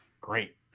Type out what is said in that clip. Great